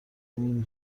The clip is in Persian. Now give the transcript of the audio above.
این